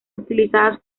utilizadas